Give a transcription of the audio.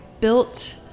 built